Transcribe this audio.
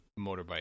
motorbike